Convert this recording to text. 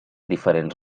diferents